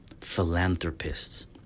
philanthropists